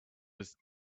was